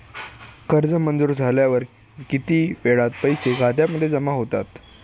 कर्ज मंजूर झाल्यावर किती वेळात पैसे खात्यामध्ये जमा होतात?